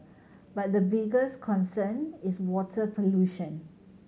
but the biggest concern is water pollution